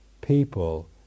people